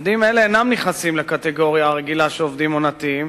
עובדים אלה אינם נכנסים לקטגוריה הרגילה של עובדים עונתיים,